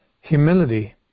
humility